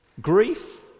grief